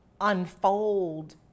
unfold